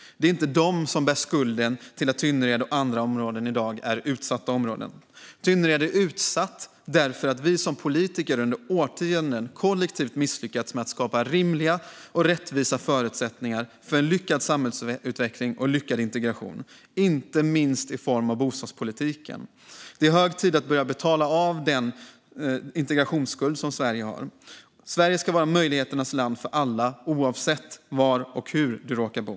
Det är inte de som bär skulden till att Tynnered och andra områden i dag är utsatta områden. Tynnered är utsatt därför att vi som politiker under årtionden kollektivt misslyckats med att skapa rimliga och rättvisa förutsättningar för en lyckad samhällsutveckling och lyckad integration, inte minst i form av bostadspolitiken. Det är hög tid att börja betala av den integrationsskuld som Sverige har. Sverige ska vara ett möjligheternas land för alla, oavsett var och hur du råkar bo.